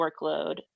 workload